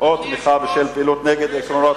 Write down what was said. או תמיכה בשל פעילות נגד עקרונות